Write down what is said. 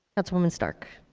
councilwoman stark.